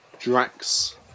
Drax